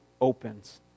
opens